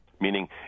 Meaning